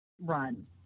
run